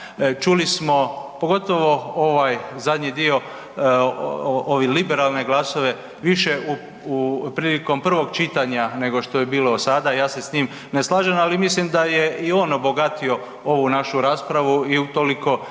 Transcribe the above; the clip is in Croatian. Čuli smo pogotovo ovaj zadnji dio, ove liberalne glasove, više prilikom prvog čitanja nego što je bilo sada, ja se s tim ne slažem, ali mislim da je i on obogatio ovu našu raspravu i utoliko za